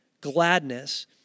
gladness